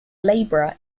labourer